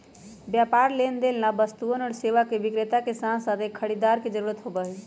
व्यापार लेनदेन ला वस्तुअन और सेवा के विक्रेता के साथसाथ एक खरीदार के जरूरत होबा हई